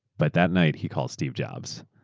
but that night he called steve jobs.